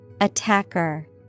Attacker